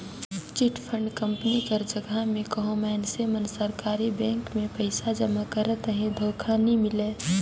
chit fund company कर जगहा में कहों मइनसे मन सरकारी बेंक में पइसा जमा करत अहें धोखा नी मिले